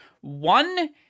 One